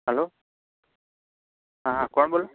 hello હા કોણ બોલો